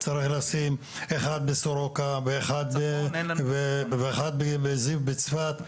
צריך לשים אחד בסורוקה ואחד בזיו בצפת.